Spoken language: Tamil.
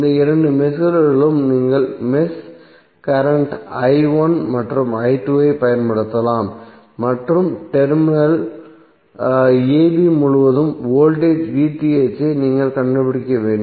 இந்த இரண்டு மெஷ்களிலும் நீங்கள் மெஷ் கரண்ட் மற்றும் ஐப் பயன்படுத்தலாம் மற்றும் டெர்மினல் a b முழுவதும் வோல்டேஜ் ஐ நீங்கள் கண்டுபிடிக்க வேண்டும்